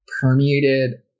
permeated